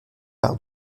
par